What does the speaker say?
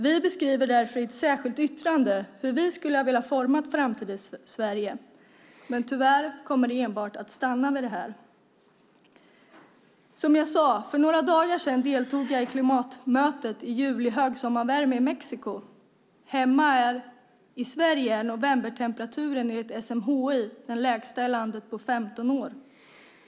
Vi beskriver därför i ett särskilt yttrande hur vi skulle ha velat forma framtidens Sverige, men tyvärr kommer det att stanna vid det. Som jag sade deltog jag för några dagar sedan, i ljuvlig högsommarvärme, i klimatmötet i Mexiko. Hemma i Sverige är novembertemperaturen enligt SMHI den lägsta på 15 år.